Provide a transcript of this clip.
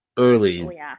Early